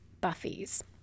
Buffy's